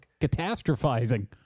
catastrophizing